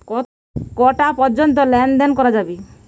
কটা পর্যন্ত লেন দেন করা যাবে?